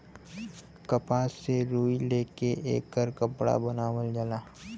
कपास से रुई ले के एकर कपड़ा बनावल जाला